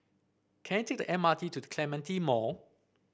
can I take the M R T to The Clementi Mall